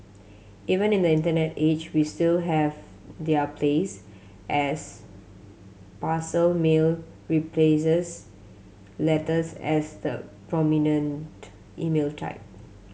even in the internet age we still have their place as parcel mail replaces letters as the prominent email type